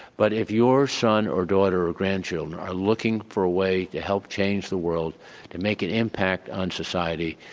but if your son or daughter or grandchildren are looking for a way to help change the world to make an impact on society,